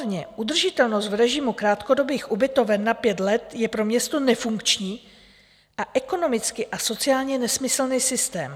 Tedy sumárně: Udržitelnost v režimu krátkodobých ubytoven na pět let je pro město nefunkční a ekonomicky a sociálně nesmyslný systém.